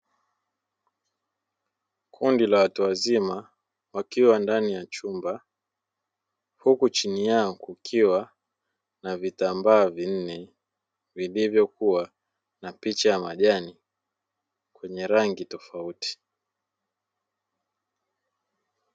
Kundi la watu wazima wakiwa ndani ya chumba huku chini yao kukiwa na vitambaa vinne vilivyokuwa na picha ya majani kwenye rangi tofauti.